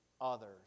others